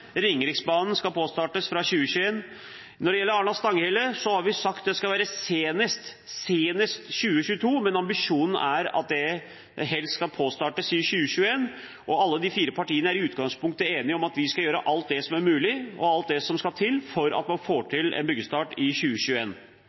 Ringeriksbanen skal påbegynnes fra 2021. Når det gjelder Arna–Stanghelle, har vi sagt at det skal skje senest i 2022, men ambisjonen er at det helst skal påbegynnes i 2021 – alle de fire partiene er i utgangspunktet enige om at vi skal gjøre alt som er mulig, og alt som skal til, for at man får til en byggestart i